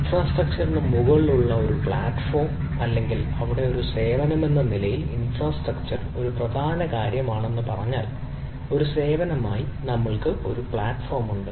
ഇൻഫ്രാസ്ട്രക്ചറിന് മുകളിലുള്ള ഒരു പ്ലാറ്റ്ഫോം ഉണ്ട് അല്ലെങ്കിൽ ഇവിടെ ഒരു സേവനമെന്ന നിലയിൽ ഇൻഫ്രാസ്ട്രക്ചർ പ്രധാന കാര്യമാണെന്ന് പറഞ്ഞാൽ ഒരു സേവനമായി നമ്മൾക്ക് ഒരു പ്ലാറ്റ്ഫോം ഉണ്ട്